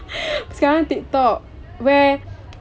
sekarang tiktok where